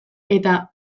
eta